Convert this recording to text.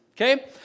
Okay